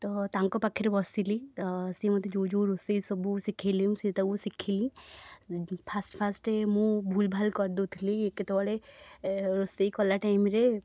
ତ ତାଙ୍କ ପାଖରେ ବସିଲି ତ ସିଏ ମୋତେ ଯେଉଁ ଯେଉଁ ରୋଷେଇ ସବୁ ସି ଶିଖିଲି ମୁଁ ସେଇ ତାକୁ ଶିଖିଲି ଫାଷ୍ଟ୍ ଫାଷ୍ଟ୍ ମୁଁ ଭୁଲ୍ଭାଲ୍ କରିଦେଉଥିଲି କେତେବେଳେ ରୋଷେଇ କଲା ଟାଇମ୍ରେ